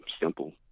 simple